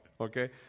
okay